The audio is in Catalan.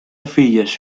filles